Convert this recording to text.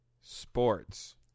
Sports